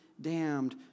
damned